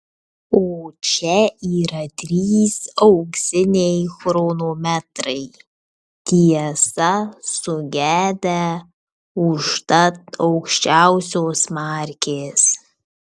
o čia yra trys auksiniai chronometrai tiesa sugedę užtat aukščiausios markės